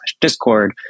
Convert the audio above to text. Discord